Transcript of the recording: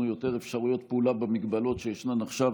יותר אפשרויות פעולה במגבלות שישנן עכשיו,